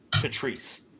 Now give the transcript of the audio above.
Patrice